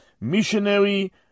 missionary